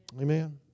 Amen